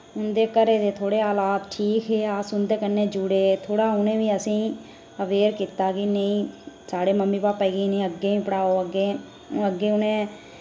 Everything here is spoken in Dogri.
उंदे घरै दे थोह्ड़े हालात ठीक हे अस उंदे कन्नै जुड़े थोह्ड़ा उ'नें बी असें ईअवेयर कीता कि नेईं साढ़े मम्मी पापा गी इनें ई अग्गै पढ़ाओ अग्गै ओह् अग्गै उ'नें